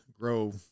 grow